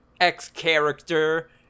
X-character